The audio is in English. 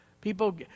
People